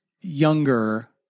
younger